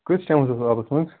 کۭتِس ٹایمَس اوس آبَس منٛز